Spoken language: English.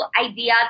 idea